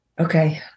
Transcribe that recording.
Okay